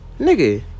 nigga